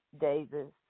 Davis